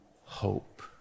hope